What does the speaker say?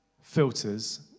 filters